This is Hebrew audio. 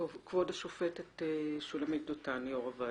כבוד השופטת שולמית דותן בבקשה.